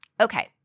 Okay